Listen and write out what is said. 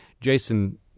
Jason